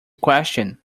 question